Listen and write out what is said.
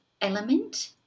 element